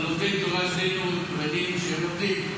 לומדי תורה, שנינו יודעים שהם לומדים.